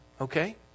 okay